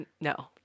No